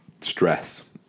stress